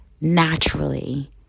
naturally